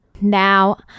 Now